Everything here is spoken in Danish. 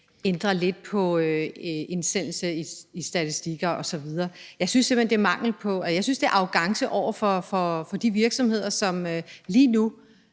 ændre lidt på det, man indsender til statistikker osv. Jeg synes simpelt hen, at det er arrogance over for de virksomheder, som lige nu